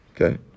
Okay